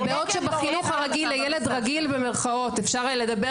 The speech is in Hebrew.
ובעוד שבחינוך רגיל לילד "רגיל" אפשר לדבר